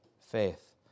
faith